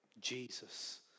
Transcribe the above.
Jesus